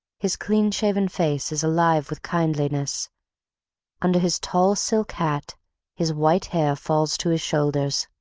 his clean-shaven face is alive with kindliness under his tall silk hat his white hair falls to his shoulders.